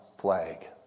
flag